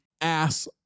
ass